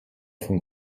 von